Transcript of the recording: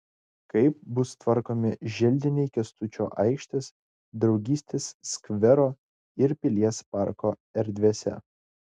kaip bus tvarkomi želdiniai kęstučio aikštės draugystės skvero ir pilies parko erdvėse